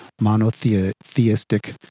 monotheistic